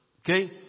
Okay